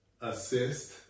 assist